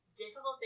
difficult